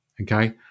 Okay